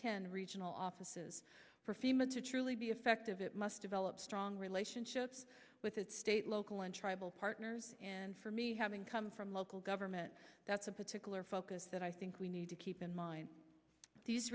tend regional offices for fema to truly be effective it must develop strong relationships with its state local and tribal partners and for me having come from local government that's a particular focus that i think we need to keep in mind these